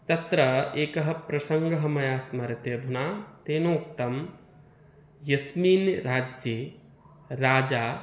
तत्र एकः प्रसङ्गः मया स्मर्यते अधुना तेनोक्तं यस्मिन् राज्ये राजा